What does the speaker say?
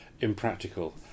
impractical